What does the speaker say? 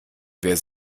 wer